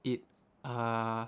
it uh